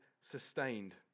sustained